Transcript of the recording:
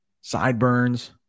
sideburns